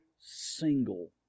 single